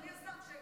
אדוני השר,